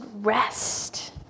rest